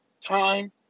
time